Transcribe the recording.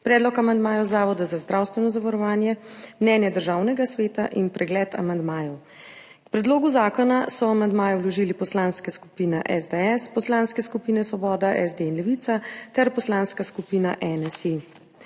predlog amandmajev Zavoda za zdravstveno zavarovanje, mnenje Državnega sveta in pregled amandmajev. K predlogu zakona so amandmaje vložile Poslanska skupina SDS, poslanske skupine Svoboda, SD in Levica ter Poslanska skupina NSi.